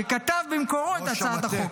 שכתב במקור את הצעת החוק.